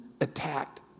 attacked